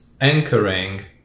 anchoring